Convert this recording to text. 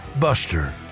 Buster